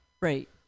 right